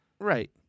Right